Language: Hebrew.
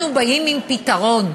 אנחנו באים עם פתרון,